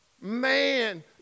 man